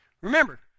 Remember